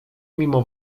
mimo